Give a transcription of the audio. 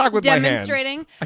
demonstrating